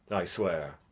i swear.